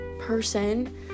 person